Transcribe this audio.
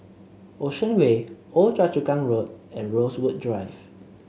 Ocean Way Old Choa Chu Kang Road and Rosewood Drive